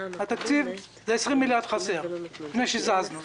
בתקציב זה 20 מיליארד חסרים עוד לפני שזזנו,